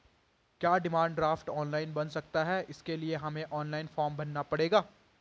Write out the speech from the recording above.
क्या demand draft online बन सकता है इसके लिए हमें ऑनलाइन फॉर्म भरना पड़ेगा?